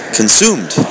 consumed